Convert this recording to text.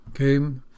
Okay